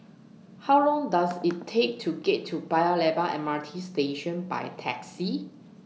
How Long Does IT Take to get to Paya Lebar M R T Station By Taxi